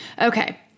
Okay